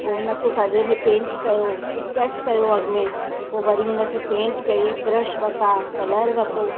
पोइ हुन खे सॼे में पेंट कयो स्कैच कयो अॻ में पोइ वरी हुन खे पेंट कई ब्रश वता कलर वरितो